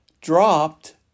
dropped